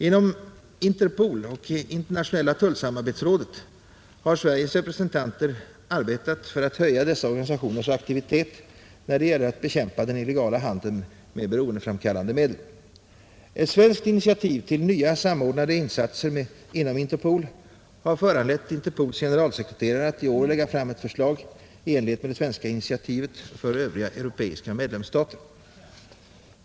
Inom Interpol och Internationella tullsamarbetsrådet har Sveriges representanter arbetat för att höja dessa organisationers aktivitet när det gäller att bekämpa den illegala handeln med beroendeframkallande medel. Ett svenskt initiativ till nya samordnade insatser inom Interpol har föranlett Interpols generalsekreterare att i år lägga fram ett förslag i enlighet med det svenska initiativet för övriga europeiska medlemsstater.